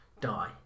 die